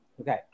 Okay